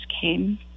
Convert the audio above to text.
came